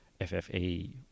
FFE